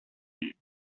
name